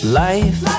life